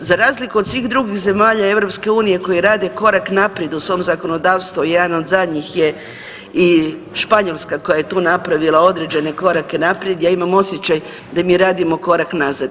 I za razliku od svih drugih zemalja EU koji rade korak naprijed u svom zakonodavstvu, a jedan od zadnjih je i Španjolska koja je tu napravila određene korake naprijed, ja imam osjećaj da mi radimo korak nazad.